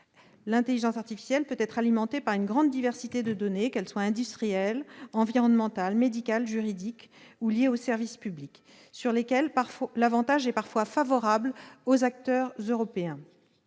L'intelligence artificielle peut être alimentée par une grande diversité de données, qu'elles soient industrielles, environnementales, médicales, juridiques ou liées aux services publics, données sur lesquelles l'avantage est parfois favorable aux acteurs européens.